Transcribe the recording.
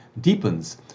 deepens